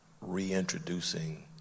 reintroducing